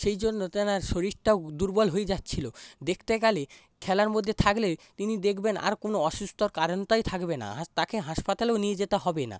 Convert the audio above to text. সেইজন্য তেনার শরীরটাও দুর্বল হয়ে যাচ্ছিল দেখতে গেলে খেলার মধ্যে থাকলে তিনি দেখবেন আর কোনো অসুস্থতার কারণটাই থাকবে না আর তাকে হাসপাতালেও নিয়ে যেতে হবে না